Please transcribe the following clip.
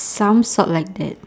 some sort like that